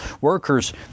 workers